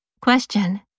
Question